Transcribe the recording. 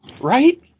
Right